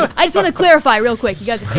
i just want to clarify real quick you